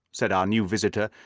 said our new visitor,